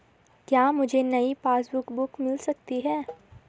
क्या मुझे नयी पासबुक बुक मिल सकती है?